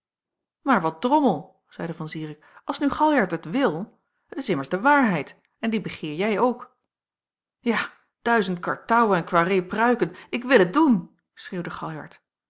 maar wat drommel zeide van zirik als nu galjart het wil het is immers de waarheid en die begeer jij ook ja duizend kartouwen en quarré pruiken ik wil het doen schreeuwde galjart